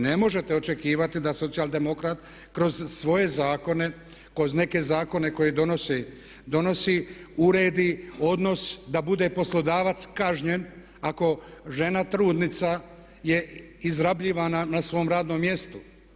Ne možete očekivati da socijaldemokrat kroz svoje zakone, kroz neke zakone koje donosi, uredi odnos da bude poslodavac kažnjen ako žena trudnica je izrabljivana na svom radnom mjestu.